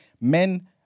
Men